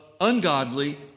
ungodly